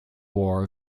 war